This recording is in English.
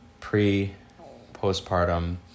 pre-postpartum